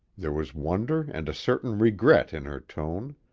there was wonder and a certain regret in her tone.